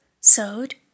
sewed